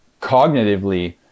cognitively